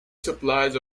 supplies